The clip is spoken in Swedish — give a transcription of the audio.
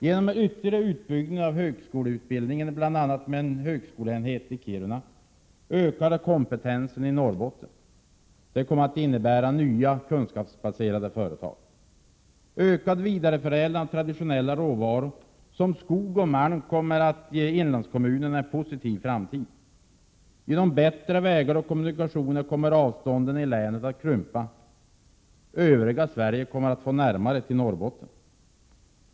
Genom ytterligare utbyggnad av högskoleutbildning bl.a. med en högskoleenhet i Kiruna ökar kompetensen i Norrbotten. Det kommer att innebära nya kunskapsbaserade företag i länet. Ökad vidareförädling av traditionella råvaror som skog och malm kommer att ge inlandskommunerna en positiv framtid. Genom bättre vägar och kommunikationer kommer avstånden i länet att krympa. Övriga Sverige kommer att få närmare till Norrbotten.